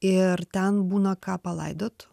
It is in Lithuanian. ir ten būna ką palaidot